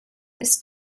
this